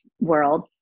world